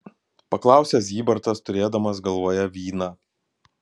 paklausė zybartas turėdamas galvoje vyną